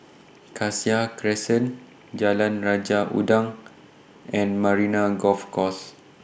Cassia Crescent Jalan Raja Udang and Marina Golf Course